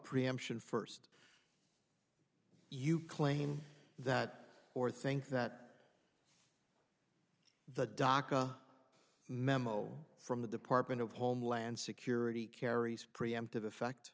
preemption first you claim that or think that the dhaka memo from the department of homeland security carries preemptive effect